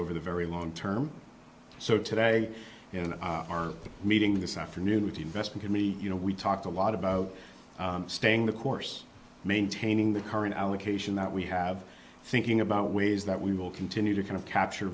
over the very long term so today in our meeting this afternoon with the investor could be you know we talked a lot about staying the course maintaining the current allocation that we have thinking about ways that we will continue to kind of capture